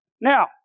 Now